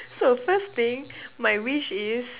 so first thing my wish is